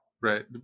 Right